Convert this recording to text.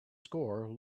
score